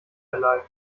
alike